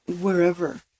wherever